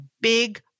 big